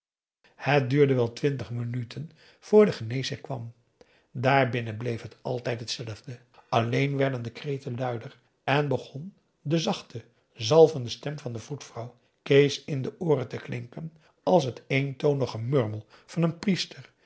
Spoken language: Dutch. het duurde wel twintig minuten vr de geneesheer kwam daar binnen bleef het altijd t zelfde alleen werden de kreten luider en begon de zachte zalvende stem van de vroedvrouw kees in de ooren te klinken als het eentonig gemurmel van een priester